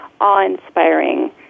awe-inspiring